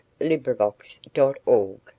LibriVox.org